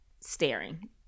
staring